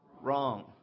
wrong